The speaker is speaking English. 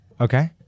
Okay